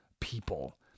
people